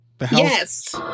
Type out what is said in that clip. Yes